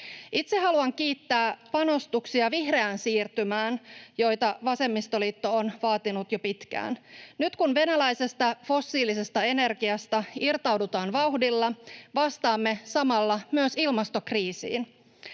Itse haluan kiittää panostuksista vihreään siirtymään, joita vasemmistoliitto on vaatinut jo pitkään. Nyt kun venäläisestä fossiilisesta energiasta irtaudutaan vauhdilla, vastaamme samalla myös ilmastokriisiin.